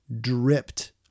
dripped